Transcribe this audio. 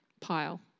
pile